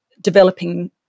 developing